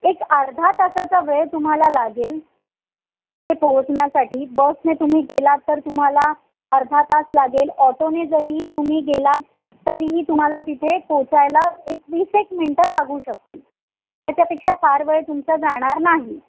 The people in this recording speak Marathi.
एक अर्धा तासाचा वेळ तुम्हाला लागेल तिथे पोहोचण्यासाठी बसने तुम्ही गेलात तर तुम्हाला अर्धा तास लागेल ऑटोने जरीही तुम्ही गेलात तरीही तुम्हाला तिथे पोहोचायला एक वीस एक मिनटं लागू शकतील त्याच्यापेक्षा फार वेळ तुमचा जाणार नाही